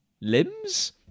limbs